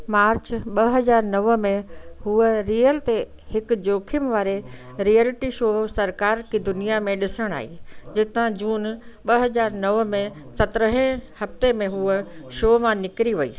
मार्च ॿ हज़ार नव में हूअ रियल ते हिक जोख़िम वारे रियलिटी शो सरकार की दुनिया में ॾिसण आई जितां जून ॿ हज़ार नव में सत्रहें हफ़्ते में हूअ शो मां निकिरी वई